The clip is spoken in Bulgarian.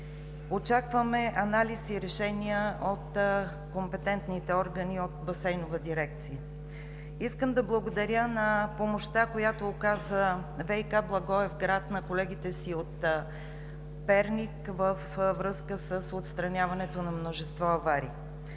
Очакваме анализ и решения от компетентните органи от Басейнова дирекция. Искам да благодаря за помощта, която оказа ВиК – Благоевград, на колегите си от Перник, във връзка с отстраняването на множество аварии.